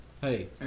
hey